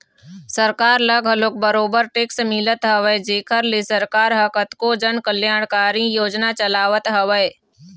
सरकार ल घलोक बरोबर टेक्स मिलत हवय जेखर ले सरकार ह कतको जन कल्यानकारी योजना चलावत हवय